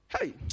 Hey